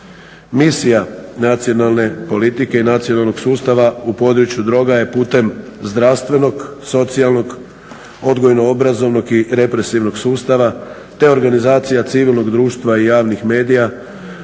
Misija nacionalne politike i nacionalnog sustava u području droga je putem zdravstvenog, socijalnog, odgojno-obrazovnog i represivnog sustava te organizacija civilnog društva i javnih medija